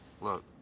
Look